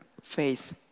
faith